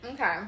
Okay